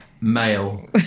male